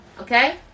okay